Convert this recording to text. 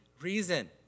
reason